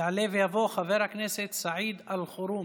יעלה ויבוא חבר הכנסת סעיד אלחרומי.